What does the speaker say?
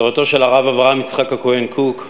תורתו של הרב אברהם יצחק הכהן קוק,